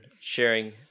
sharing